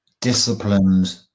disciplined